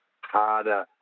harder